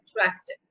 attracted